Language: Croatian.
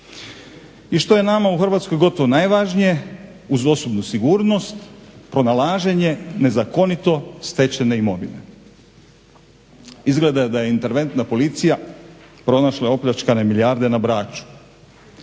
I što je nama u Hrvatskoj gotovo najvažnije uz osobnu sigurnost pronalaženje pronalaženje nezakonito stečene imovine. Izgleda da je interventna policija pronašla opljačkane milijarde na Braču.